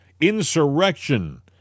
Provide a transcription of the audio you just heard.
insurrection